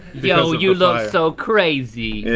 yo, you look so crazy.